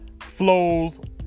flows